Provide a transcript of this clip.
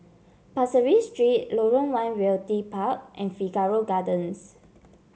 Pasir Ris Street Lorong One Realty Park and Figaro Gardens